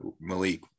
Malik